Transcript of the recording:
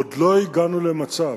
עוד לא הגענו למצב,